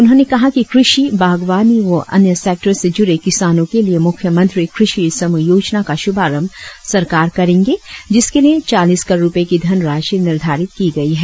उन्होंने कहा कि कृषि बागवानी व अन्य सेक्टरों से जूड़े किसानों के लिए मुख्य मंत्री क्रषि समूह योजना का श्रभरंभ सरकार किया जाएगा जिसके लिए चालिस करो ड़ रुपए की धनराशि निर्धारित की गई है